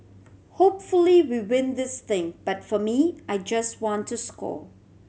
hopefully we win this thing but for me I just want to score